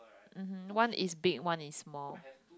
mmhmm one is big one is small